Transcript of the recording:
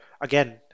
again